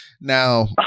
Now